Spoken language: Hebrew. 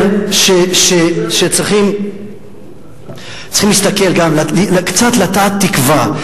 שצריכים גם קצת לטעת תקווה.